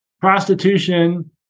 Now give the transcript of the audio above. Prostitution